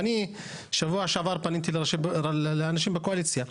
אני פניתי בשבוע שעבר לאנשים בקואליציה,